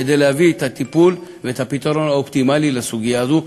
כדי להביא את הטיפול ואת הפתרון האופטימלי לסוגיה הזאת,